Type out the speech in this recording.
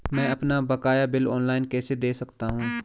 मैं अपना बकाया बिल ऑनलाइन कैसे दें सकता हूँ?